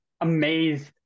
amazed